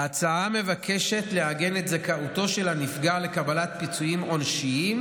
ההצעה מבקשת לעגן את זכאותו של הנפגע לקבלת פיצויים עונשיים,